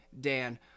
Dan